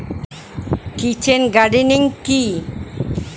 Kitchen gardening কি?